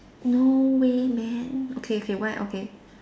no way man okay okay why okay